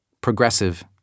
progressive